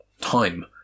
time